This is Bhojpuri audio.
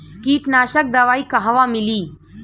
कीटनाशक दवाई कहवा मिली?